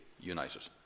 united